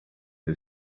who